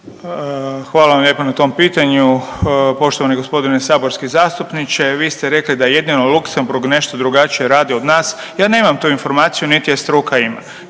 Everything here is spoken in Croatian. Hvala vam lijepo na tom pitanju. Poštovani gospodine saborski zastupniče, vi ste rekli da jedino Luksemburg nešto drugačije radi od nas, ja nemam tu informaciju, niti je struka ima.